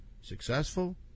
Successful